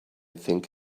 think